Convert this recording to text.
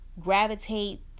gravitate